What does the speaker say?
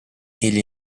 egli